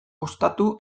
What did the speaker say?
ostatu